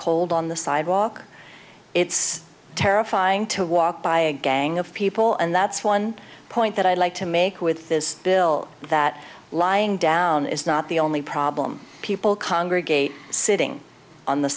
cold on the sidewalk it's terrifying to walk by a gang of people and that's one point that i'd like to make with this bill that lying down is not the only problem people congregate sitting on the